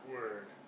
Word